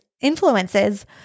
influences